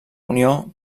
unió